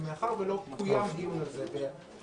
מאחר שלא קוים על זה דיון